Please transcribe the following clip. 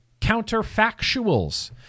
counterfactuals